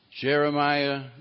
Jeremiah